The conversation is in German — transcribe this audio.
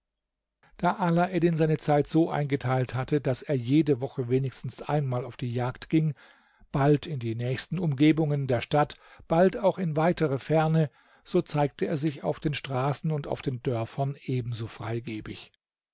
da alaeddin seine zeit so eingeteilt hatte daß er jede woche wenigstens einmal auf die jagd ging bald in die nächsten umgebungen der stadt bald auch in weitere ferne so zeigte er sich auf den straßen und auf den dörfern ebenso freigebig